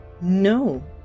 No